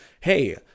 hey